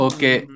Okay